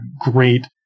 great